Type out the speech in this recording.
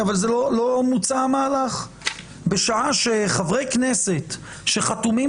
אבל לא מוצה המהלך בשעה שחברי כנסת שחתומים